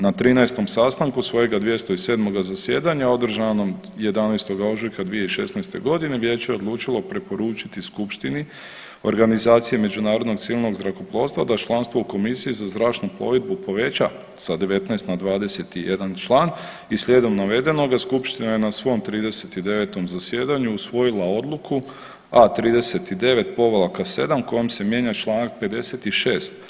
Na 13 sastanku svojega 207 zasjedanja održanom 11. ožujka 2016. godine vijeće je odlučilo preporučiti skupštini Organizacije međunarodnog civilnog zrakoplovstva da članstvo u komisiji za zračnu plovidbu poveća sa 19 na 21 član i slijedom navedenoga skupština je na svom 39 zasjedanju usvojila Odluku A39-7 kojom se mijenja Članak 56.